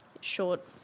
short